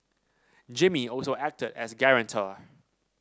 Jimmy also acted as guarantor